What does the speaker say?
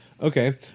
Okay